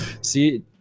see